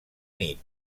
nit